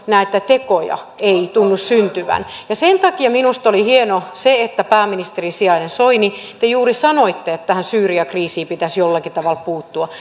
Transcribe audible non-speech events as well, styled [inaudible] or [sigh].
näitä tekoja ei tunnu syntyvän ja sen takia minusta oli hienoa se että te pääministerin sijainen soini juuri sanoitte että tähän syyrian kriisiin pitäisi jollakin tavalla puuttua [unintelligible]